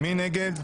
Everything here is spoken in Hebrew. מי נגד?